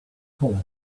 collar